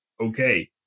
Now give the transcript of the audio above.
okay